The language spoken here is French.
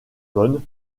bonn